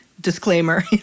Disclaimer